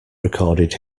recorded